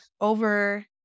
over